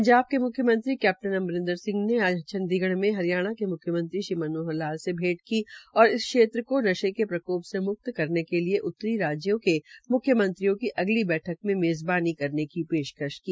पंजाब के मुख्यमंत्री कैप्टन अमरिन्दर सिंहने आज चंडीगढ़ में हरियाणा के म्ख्यमंत्री श्री मनोहर लाल से भैंट की और इस क्षेत्र को नशे के प्रकोप से म्क्त करने के लिये उत्तरी राज्यों के म्ख्यमंत्रियों की अगली बैठक में मेज़बानी करने की पेशकश की